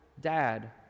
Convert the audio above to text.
Dad